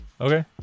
Okay